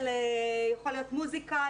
יכול להיות שמוסיקה,